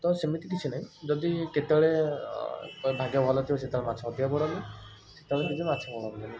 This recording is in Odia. ତ ସେମିତି କିଛି ନାହିଁ ଯଦି କେତେବେଳେ ଭାଗ୍ୟ ଭଲଥିବ ସେତେବେଳେ ମାଛ ଅଧିକା ପଡ଼ନ୍ତି କେତେବେଳେ କିଛି ମାଛ ପଡ଼ନ୍ତିନି